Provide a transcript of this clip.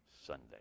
Sunday